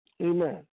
Amen